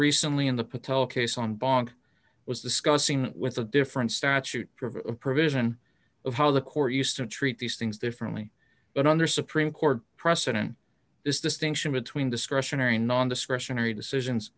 recently in the patel case on bond was discussing with a different statute provides provision of how the court used to treat these things differently and under supreme court precedent this distinction between discretionary nondiscretionary decisions